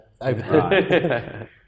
Over